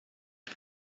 com